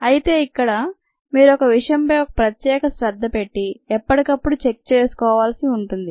అయితే ఇక్కడ మీరు ఒక విషయంపై ప్రత్యేక శ్రద్ధ పెట్టి ఎప్పటికప్పడు చెక్ చేసుకోవాల్సి ఉంటుంది